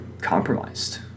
compromised